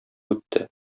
үтте